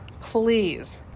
please